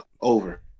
Over